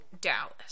Dallas